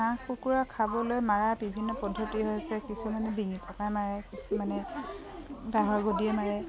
হাঁহ কুকুৰা খাবলৈ মৰাৰ বিভিন্ন পদ্ধতি হৈছে কিছুমানে ডিঙি পকাই মাৰে কিছুমানে দাৰ গাদিৰে মাৰে